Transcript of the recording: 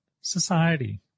society